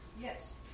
Yes